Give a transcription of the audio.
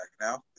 Now